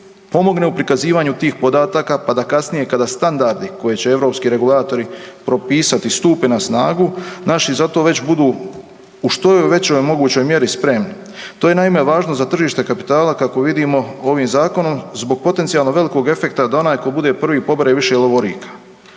pomogne u pokazivanju tih podataka, pa da kasnije kada standardi koje će europski regulatori propisati, stupe na snagu, naši za to već budu u što je većoj mogućoj mjeri spremni. To je naime, važno za tržište kapitala kakvu vidimo ovim zakonom zbog potencijalno velikog efekta da onaj tko bude prvi pobere više lovorika.